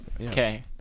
Okay